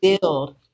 build